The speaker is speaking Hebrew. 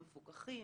המפוקחים,